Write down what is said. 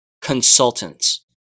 Consultants